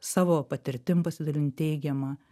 savo patirtim pasidalint teigiama